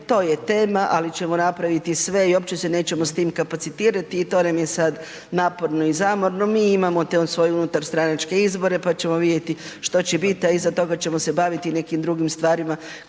to je tema, ali ćemo napraviti sve i uopće se nećemo s tim kapacitirati i to nam je sad naporno i zamorno, mi imamo svoje unutarstranačke izbore, pa ćemo vidjeti što će bit, a iza toga ćemo se baviti nekim drugim stvarima